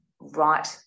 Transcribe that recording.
right